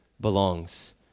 belongs